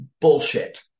Bullshit